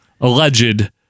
alleged